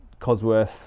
Cosworth